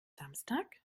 samstag